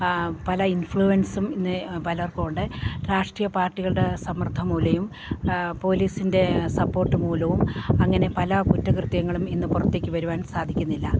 പല ഇൻഫ്ലുവൻസും ഇന്ന് പലർക്കുണ്ട് രാഷ്ട്രീയ പാർട്ടികളുടെ സമ്മർദ്ദം മൂലവും പോലീസിൻ്റെ സപ്പോർട്ട് മൂലവും അങ്ങനെ പല കുറ്റകൃത്യങ്ങളും ഇന്ന് പുറത്തേക്ക് വരുവാൻ സാധിക്കുന്നില്ല